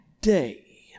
day